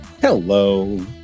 Hello